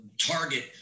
target